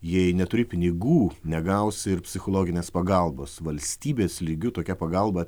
jei neturi pinigų negausi ir psichologinės pagalbos valstybės lygiu tokia pagalba